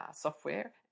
software